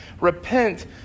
Repent